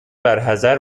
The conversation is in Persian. برحذر